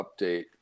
update